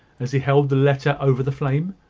as he held the letter over the flame.